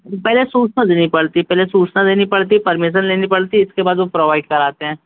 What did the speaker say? पहले सूचना देनी पड़ती है पहले सूचना देनी पड़ती है पर्मिशन लेनी पड़ती है इसके बाद वो प्रोवाइड कराते हैं